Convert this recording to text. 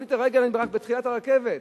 שמתי את הרגל רק בתחילת הרכבת,